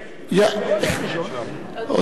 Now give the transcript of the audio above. כזה, אדוני, להצביע נגד.